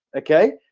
okay?